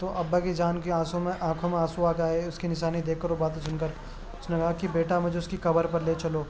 تو ابا کی جان کے آنسو میں آنکھوں میں آنسو آ گئے اس کی نشانی دیکھ کر اور باتیں سن کر اس نے کہا کہ بیٹا مجھے اس کی قبر پر لے چلو